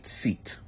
seat